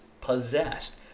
possessed